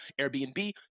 Airbnb